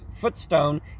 footstone